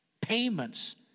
payments